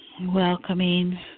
Welcoming